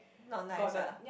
not nice ah